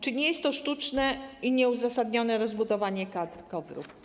Czy nie jest to sztuczne i nieuzasadnione rozbudowanie kadr KOWR-u?